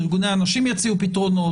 ארגוני הנשים יציעו פתרונות,